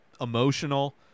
emotional